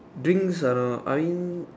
drinks ah no I mean